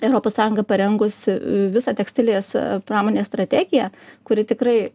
europos sąjunga parengusi visą tekstilės pramonės strategiją kuri tikrai